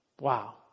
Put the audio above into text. Wow